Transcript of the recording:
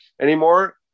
anymore